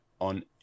on